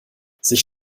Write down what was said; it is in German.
sich